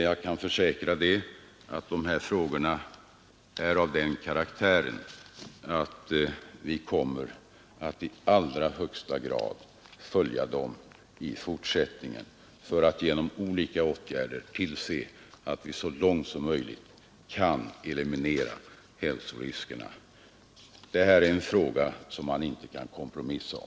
Jag kan försäkra att de här frågorna är av den karaktären att vi kommer att i allra högsta grad följa dem i fortsättningen för att genom olika åtgärder tillse att vi så långt som möjligt kan eliminera hälsoriskerna. Detta är en fråga som man inte kan kompromissa om.